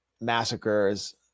massacres